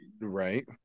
Right